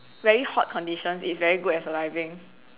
very hot conditions it's very good at surviving